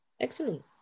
Excellent